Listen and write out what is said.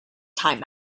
time